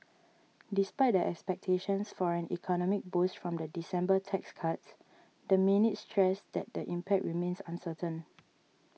despite the expectations for an economic boost from the December tax cuts the minutes stressed that the impact remains uncertain